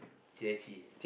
Jie-Qi